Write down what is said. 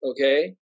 Okay